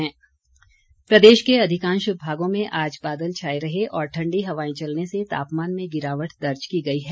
मौसम प्रदेश के अधिकांश भागों में आज बादल छाए रहे और ठंडी हवाएं चलने से तापमान में गिरावट दर्ज की गई है